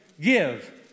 give